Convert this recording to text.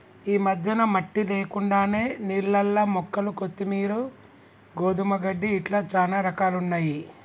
ఈ మధ్యన మట్టి లేకుండానే నీళ్లల్ల మొక్కలు కొత్తిమీరు, గోధుమ గడ్డి ఇట్లా చానా రకాలున్నయ్యి